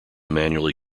manually